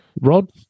Rod